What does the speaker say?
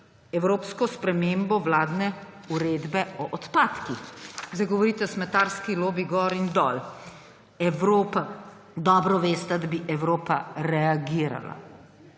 evropsko spremembo vladne uredbe o odpadkih. Zdaj govorite smetarski lobi gor in dol. Dobro veste, da bi Evropa reagirala.